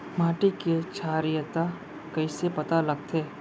माटी के क्षारीयता कइसे पता लगथे?